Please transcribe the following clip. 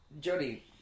Jody